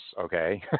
Okay